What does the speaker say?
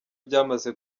byamaze